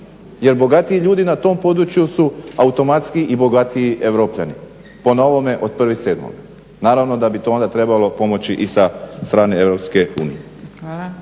jer bogatiji ljudi na tom području su automatski i bogatiji Europljani, po novome od 1.7. Naravno da bi to onda trebalo pomoći i sa strane